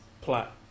plot